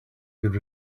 could